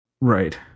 Right